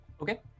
okay